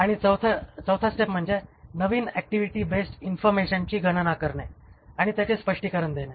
आणि चौथा स्टेप म्हणजे नवीन ऍक्टिव्हिटी बेस्ड इन्फॉर्मशनची गणना करणे आणि त्यांचे स्पष्टीकरण देणे